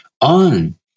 on